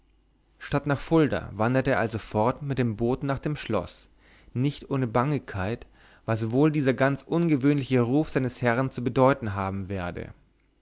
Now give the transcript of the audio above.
statt nach fulda wanderte er also fort mit dem boten nach dem schloß nicht ohne bangigkeit was wohl dieser ganz ungewöhnliche ruf seines herrn zu bedeuten haben werde